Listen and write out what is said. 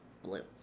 Blue